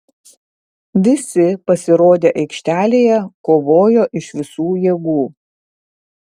visi pasirodę aikštelėje kovojo iš visų jėgų